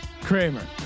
Kramer